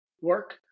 work